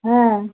হ্যাঁ